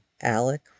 Alec